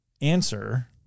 answer